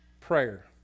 prayer